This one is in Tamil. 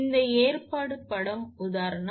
இந்த ஏற்பாடு படம் உதாரணம் 2